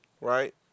Right